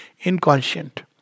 inconscient